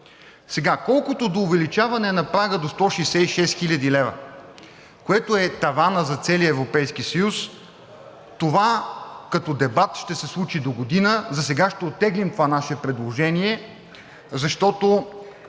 Колкото до увеличаване на прага до 166 хил. лв., което е таванът за целия Европейски съюз, това като дебат ще се случи догодина. Засега ще оттеглим това наше предложение, защото